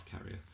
carrier